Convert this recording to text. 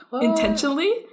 intentionally